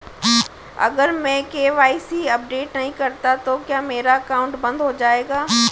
अगर मैं KYC update नहीं करता तो क्या मेरा अकाउंट बंद हो जाएगा?